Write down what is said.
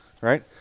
right